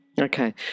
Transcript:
Okay